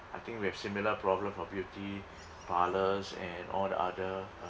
I think we have similar problem for beauty parlours and all the other